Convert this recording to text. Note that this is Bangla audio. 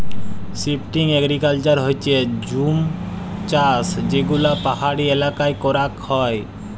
শিফটিং এগ্রিকালচার হচ্যে জুম চাষযেগুলা পাহাড়ি এলাকায় করাক হয়